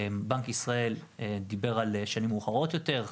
בנק ישראל דיבר על שנים מאוחרות יותר,